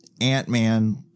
ant-man